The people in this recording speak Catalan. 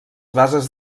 bases